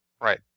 Right